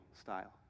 style